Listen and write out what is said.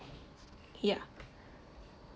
yeah